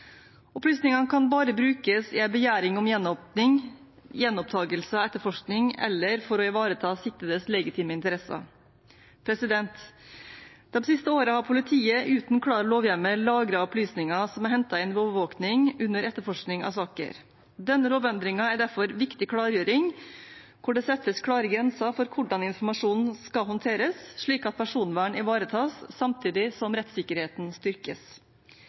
Opplysningene kan bare brukes i en begjæring om gjenåpning, i gjenopptakelse av etterforskning eller for å ivareta siktedes legitime interesser. De siste årene har politiet uten noen klar lovhjemmel lagret opplysninger som er hentet inn ved overvåkning under etterforskning av saker. Denne lovendringen er derfor en viktig klargjøring, der det settes klare grenser for hvordan informasjonen skal håndteres, slik at personvernet ivaretas samtidig som rettssikkerheten styrkes.